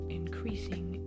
increasing